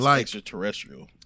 extraterrestrial